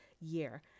year